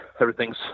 everything's